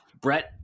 Brett